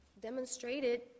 demonstrated